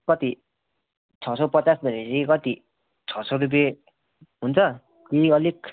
कति छ सय पचास भने पछि कति छ सय रुपे हुन्छ कि अलिक